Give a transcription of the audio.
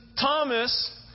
Thomas